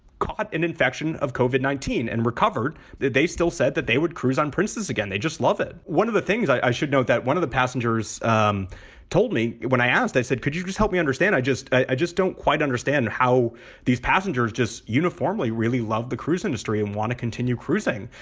caught an infection of cauvin, nineteen, and recovered. they they still said that they would cruise on princess again. they just love it. one of the things i should note that one of the passengers um told me when i asked, they said, could you just help me understand? i just i just don't quite understand how these passengers just uniformly really loved the cruise industry and want to continue cruising.